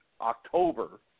October